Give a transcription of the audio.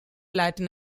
latin